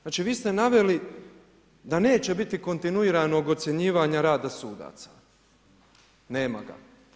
Znači vi ste naveli da neće biti kontinuiranog ocjenjivanja rada sudaca, nema ga.